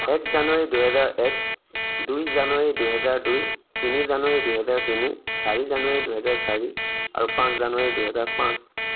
এক জানুৱাৰী দুহেজাৰ এক দুই জানুৱাৰী দুহেজাৰ দুই তিনি জানুৱাৰী দুহেজাৰ তিনি চাৰি জানুৱাৰী দুহেজাৰ চাৰি আৰু পাঁচ জানুৱাৰী দুহেজাৰ পাঁচ